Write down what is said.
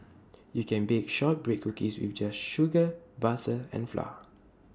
you can bake Shortbread Cookies just with sugar butter and flour